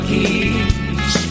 Keys